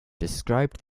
described